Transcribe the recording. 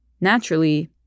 naturally